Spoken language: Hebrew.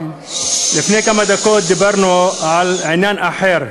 לפני כמה דקות דיברנו על עניין אחר,